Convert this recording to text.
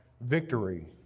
victory